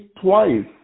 twice